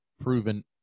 proven